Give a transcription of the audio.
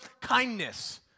kindness